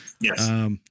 Yes